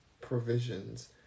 provisions